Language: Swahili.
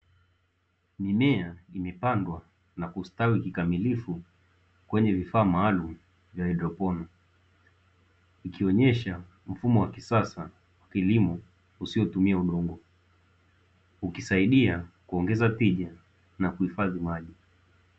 Mimea imepandwa na kustawi kikamilifu kwenye vifaa maalumu vya haidroponi, ikionesha mfumo wa kisasa wa kilimo usiotumia udongo. Ukisaidia kuongeza tija na kuhifadhi maji.